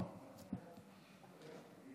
כבוד